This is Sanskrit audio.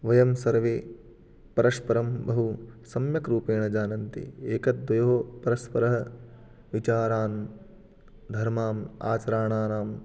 वयं सर्वे परस्परं बहु सम्यक् रूपेण जानन्ति एकद्वयोः परस्परं विचारान् धर्मान् आचराणाम्